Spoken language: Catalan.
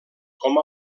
com